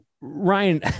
Ryan